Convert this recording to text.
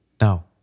Now